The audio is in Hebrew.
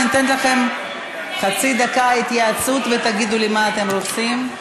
אתן לכם חצי דקה התייעצות ותגידו לי מה אתם רוצים.